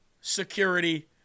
security